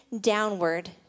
downward